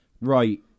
right